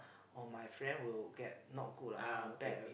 or my friend will get not good ah bad